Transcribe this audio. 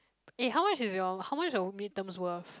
eh how much is your how much is your mid term's worth